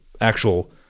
actual